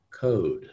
Code